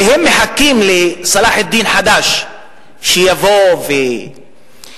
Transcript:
והם מחכים לצלאח א-דין חדש שיבוא ויהרוס,